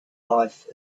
life